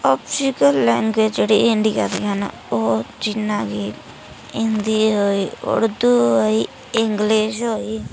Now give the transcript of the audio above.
अज्जकल लैंग्वेज जेह्ड़ी इंडिया दी ऐ ना ओह् जियां कि हिंदी होई उर्दू होई इंग्लिश होई